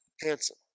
handsome